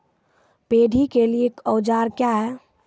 Paddy के लिए औजार क्या हैं?